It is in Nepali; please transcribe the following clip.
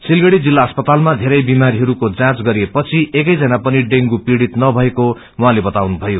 सिलगड़ी जिल्ल अस्पतालमा वेरै विमारीहरूको जाँच गरिएपछि एकैजना पनि इँगू पीड़ित नभएको उहाँले बताउनुभयो